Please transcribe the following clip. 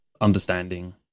understanding